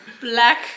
black